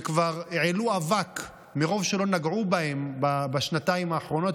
שכבר העלו אבק מרוב שלא נגעו בהם בשנתיים האחרונות,